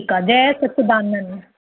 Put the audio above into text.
हा हा जय सची